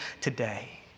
today